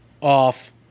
off